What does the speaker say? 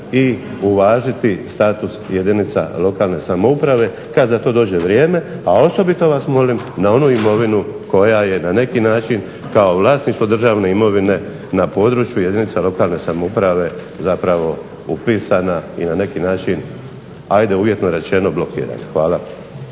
se uvažiti status jedinica lokalne samouprave kada za to dođe vrijeme, a osobito vas molim na onu imovinu koja je na neki način kao vlasništvo državne imovine na području jedinica lokalne samouprave zapravo upisana i na neki način uvjetno rečeno blokirana. Hvala.